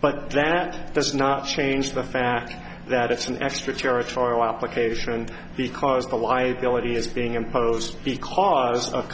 but that does not change the fact that it's an extra territorial application because the liability is being imposed because of